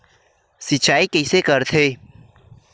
सिंचाई कइसे करथे?